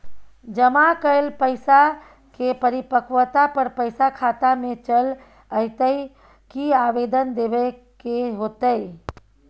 जमा कैल पैसा के परिपक्वता पर पैसा खाता में चल अयतै की आवेदन देबे के होतै?